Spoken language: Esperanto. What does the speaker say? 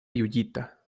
juĝita